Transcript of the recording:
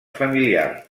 familiar